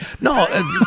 No